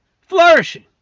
flourishing